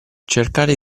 cercare